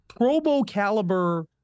Probo-caliber